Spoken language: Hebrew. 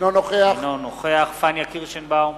אינו נוכח פניה קירשנבאום,